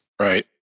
Right